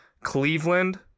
Cleveland